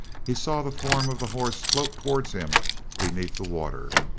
he saw the form of the horse float towards him beneath the water.